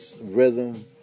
rhythm